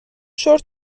شرت